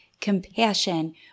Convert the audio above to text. compassion